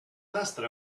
cadastre